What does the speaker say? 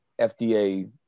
FDA